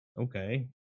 Okay